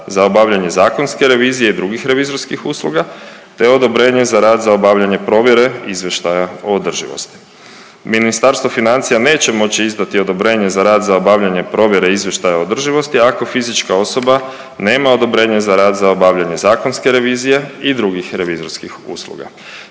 za obavljanje zakonske revizije i drugi revizorskih usluga te odobrenje za rad za obavljanje provjere izvještaja o održivosti. Ministarstvo financija neće moći izdati za rad za obavljanje provjere izvještaja o održivosti ako fizička osoba nema odobrenje za rad za obavljanje zakonske revizije i drugih revizorskih usluga.